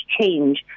change